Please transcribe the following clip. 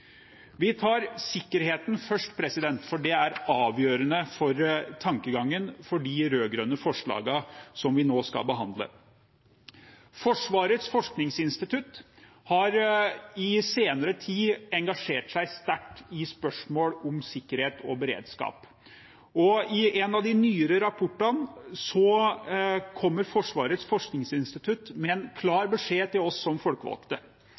Vi tar sikkerheten først, for det er avgjørende for tankegangen i de rød-grønne forslagene som vi nå skal behandle. Forsvarets forskningsinstitutt har i den senere tid engasjert seg sterkt i spørsmål om sikkerhet og beredskap, og i en av de nyere rapportene kommer Forsvarets forskningsinstitutt med en klar beskjed til oss som folkevalgte.